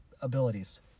abilities